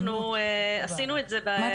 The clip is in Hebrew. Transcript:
אנחנו עשינו את זה בעבר.